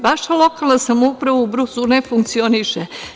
Vaša lokalna samouprava u Brusu ne funkcioniše.